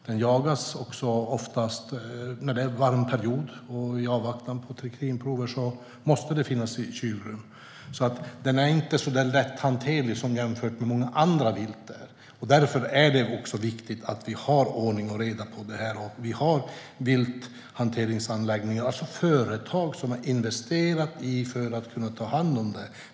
De jagas oftast under en varm period, och i avvaktan på trikinprover måste köttet ligga i kylrum. Vildsvin är alltså inte lika lätthanterligt som mycket annat vilt, och därför är det viktigt att vi har ordning och reda och vilthanteringsanläggningar. Det är som sagt företag som har investerat för att kunna ta hand om detta.